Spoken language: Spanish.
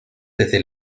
desde